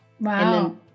Wow